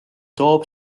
toob